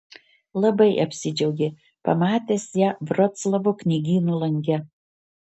labai apsidžiaugė pamatęs ją vroclavo knygyno lange